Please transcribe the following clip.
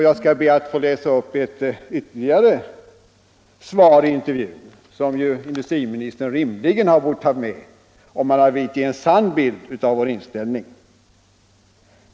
Jag skall be att få läsa upp ytterligare ett svar i intervjun, som industriministern rimligen borde ha tagit med om han velat ge en sann bild av vår inställning.